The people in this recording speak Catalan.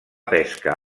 pesca